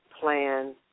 plan